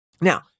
now